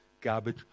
garbage